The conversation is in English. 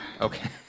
okay